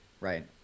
right